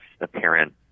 apparent